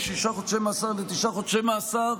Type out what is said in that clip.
משישה חודשי מאסר לתשעה חודשי מאסר,